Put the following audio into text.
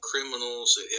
criminals